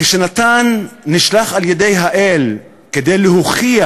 כשנתן נשלח על-ידי האל כדי להוכיח